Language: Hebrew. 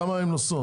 כמה הן נוסעות?